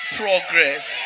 progress